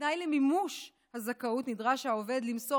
כתנאי למימוש הזכאות נדרש העובד למסור